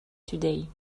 today